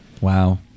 Wow